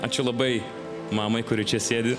ačiū labai mamai kuri čia sėdi